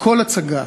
הכול הצגה.